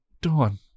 Dawn